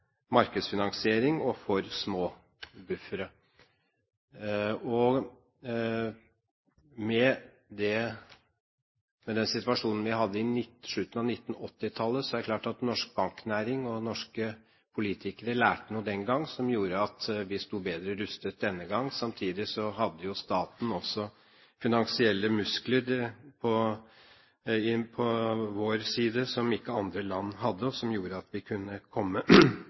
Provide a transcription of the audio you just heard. markedsfinansiering og for små buffere. Med den situasjonen vi hadde på slutten av 1980-tallet, er det klart at norsk banknæring og norske politikere lærte noe den gang som gjorde at vi sto bedre rustet denne gang. Samtidig hadde jo staten også finansielle muskler på sin side som ikke andre land hadde, og som gjorde at vi kunne komme